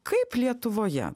kaip lietuvoje